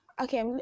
okay